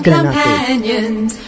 companions